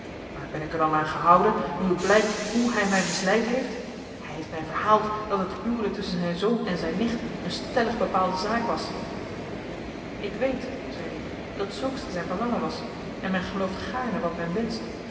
maar ben ik er dan aan gehouden nu het blijkt hoe hij mij misleid heeft hij heeft mij verhaald dat het huwelijk tusschen zijn zoon en zijn nicht een stellig bepaalde zaak was ik weet zeide ik dat zulks zijn verlangen was en men gelooft gaarne wat men wenscht